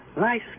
Nice